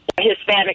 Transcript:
Hispanic